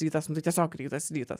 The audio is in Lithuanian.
rytas tiesiog rytas ir rytas